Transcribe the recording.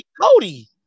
Cody